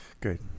Good